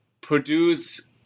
produce